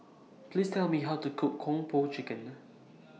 Please Tell Me How to Cook Kung Po Chicken